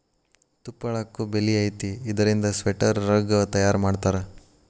ತುಪ್ಪಳಕ್ಕು ಬೆಲಿ ಐತಿ ಇದರಿಂದ ಸ್ವೆಟರ್, ರಗ್ಗ ತಯಾರ ಮಾಡತಾರ